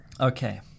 Okay